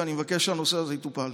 ואני מבקש שהנושא הזה יטופל.